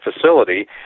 facility